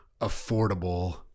affordable